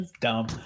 dumb